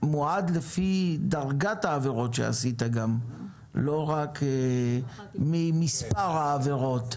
מועד גם לפי דרגת העבירות שעשית ולא רק ממספר העבירות.